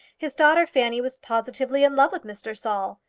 his daughter fanny was positively in love with mr. saul,